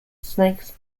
snakes